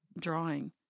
drawing